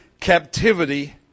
captivity